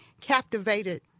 captivated